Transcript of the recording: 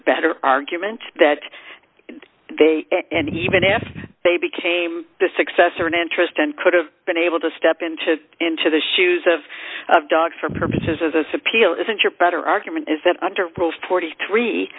better argument that they and even if they became the successor in interest and could have been able to step in to into the shoes of dogs for purposes of people isn't your better argument is that under forty three